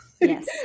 Yes